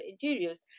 interiors